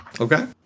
okay